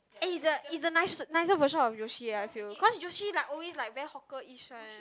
eh it's the it's the nic~ nicer version of Yoshi eh I feel cause Yoshi like always like very hawkerish one eh